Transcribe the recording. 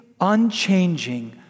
unchanging